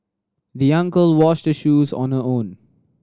the young girl washed the shoes on her own